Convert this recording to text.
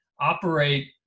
operate